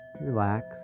relax